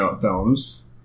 films